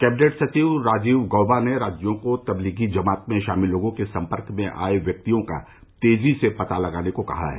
cabinet सचिव राजीव गौबा ने राज्यों को तबलीगी जमात में शामिल लोगों के संपर्क में आये व्यक्तियों का तेजी से पता लगाने को कहा है